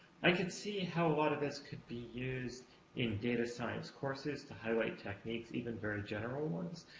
i can see how a lot of this can be used in data science courses, to highlight techniques, even very general ones.